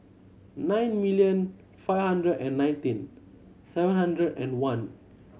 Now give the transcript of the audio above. nine million five hundred and nineteen seven hundred and one